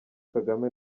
kagame